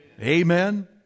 Amen